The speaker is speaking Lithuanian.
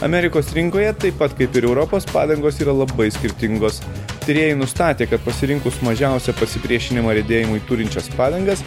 amerikos rinkoje taip pat kaip ir europos padangos yra labai skirtingos tyrėjai nustatė kad pasirinkus mažiausią pasipriešinimą riedėjimui turinčias padangas